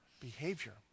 behavior